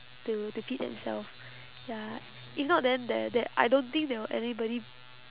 to to feed themself ya if not then there there I don't think there will anybody